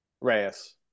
Reyes